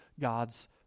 God's